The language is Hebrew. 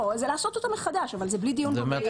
לא, זה לעשות אותה מחדש אבל זה בלי דיון במליאה.